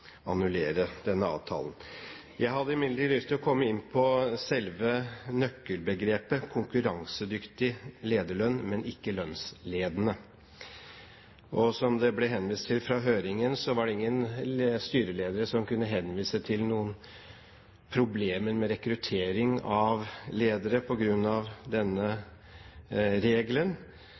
denne avtalen. Jeg hadde imidlertid lyst til å komme inn på selve nøkkelbegrepet, «konkurransedyktig lederlønn, men ikke lønnsledende». Som det ble henvist til i høringen, var det ingen styreledere som kunne henvise til noen problemer med rekruttering av ledere på grunn av denne regelen.